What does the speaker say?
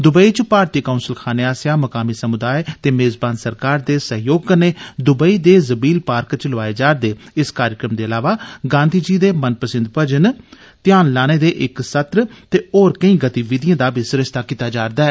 Dubai च भारतीय consul खाने आसेया मकामी समुदाय ते मेजबान सरकार दे सहयोग कन्नै दुबई दे ज़बील पार्क च लोआए जा'रदे इस कार्यक्रम दे इलावा गांधी जी दे मनपसिंद भजन ध्यान लाने दे इक सत्र ते होर केंई गतिविधिएं दा बी सरिस्ता कीता जा'रदा ऐ